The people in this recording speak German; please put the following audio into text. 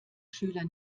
schüler